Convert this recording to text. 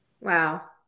wow